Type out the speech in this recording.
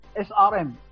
SRM